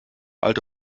alte